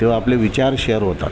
तेव्हा आपले विचार शेअर होतात